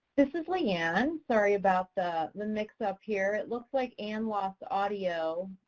this is leigh ann. sorry about the, the mix up here. it looks like ann lost audio,